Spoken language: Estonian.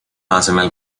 asemel